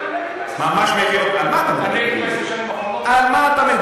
על מה אתה מדבר?